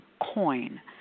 coin